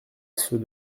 ceux